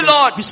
Lord